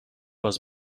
was